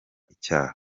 icyaha